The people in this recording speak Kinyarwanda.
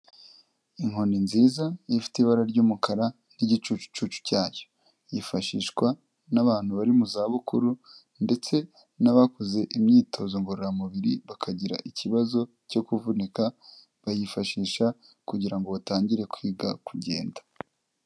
Inkoni nziza ifite ibara ry'umukara n'igicucucu cyayo, yifashishwa n'abantu bari mu za bukuru ndetse n'abakoze imyitozo ngororamubiri bakagira ikibazo cyo kuvunika bayifashisha kugira ngo batangire kwiga kugenda.